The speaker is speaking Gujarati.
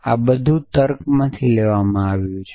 આ બધું તર્કમાંથી લેવામાં આવ્યું છે